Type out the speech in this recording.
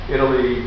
Italy